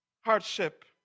hardship